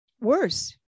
Worse